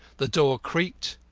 the door creaked,